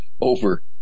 over